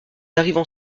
arrivent